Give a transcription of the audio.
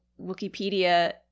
Wikipedia